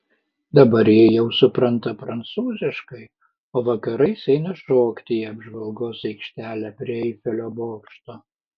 dabar ji jau supranta prancūziškai o vakarais eina šokti į apžvalgos aikštelę prie eifelio bokšto